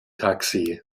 taxi